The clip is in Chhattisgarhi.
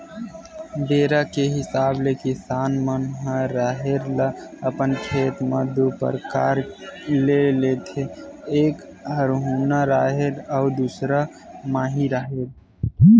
बेरा के हिसाब ले किसान मन ह राहेर ल अपन खेत म दू परकार ले लेथे एक हरहुना राहेर अउ दूसर माई राहेर